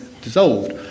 dissolved